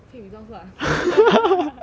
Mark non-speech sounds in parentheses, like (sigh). fake results lah (laughs)